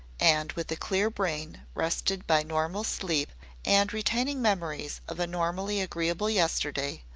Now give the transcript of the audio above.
and with a clear brain rested by normal sleep and retaining memories of a normally agreeable yesterday,